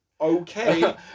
Okay